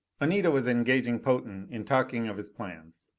anita was engaging potan in talking of his plans.